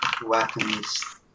weapons